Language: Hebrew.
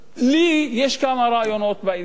לי יש כמה רעיונות בעניין הזה.